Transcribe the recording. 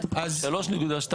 מיליארד.